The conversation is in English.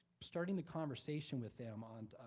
starting the conversation with them on